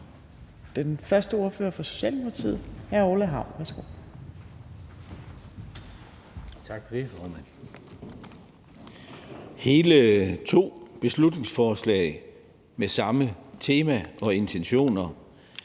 den første ordfører er fra Socialdemokratiet, hr. Orla Hav.